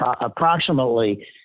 approximately